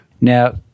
Now